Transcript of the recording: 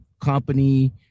company